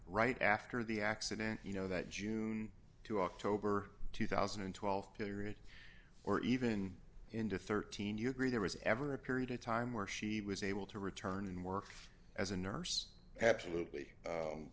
right after the accident you know that june to october two thousand and twelve period or even into thirteen you agree there was ever a period of time where she was able to return and work as a nurse absolutely